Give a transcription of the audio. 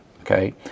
okay